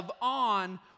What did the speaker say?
on